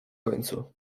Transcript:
końcu